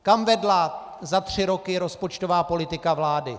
Kam vedla za tři roky rozpočtová politika vlády?